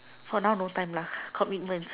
for now no time lah commitment